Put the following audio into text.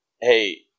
hey